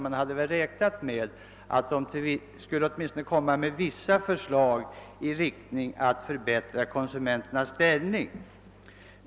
Man hade väl räknat med att därifrån skulle framläggas åtminstone vissa förslag i syfte att förbättra konsumenternas ställning.